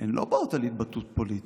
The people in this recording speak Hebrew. לא באות על התבטאות פוליטית.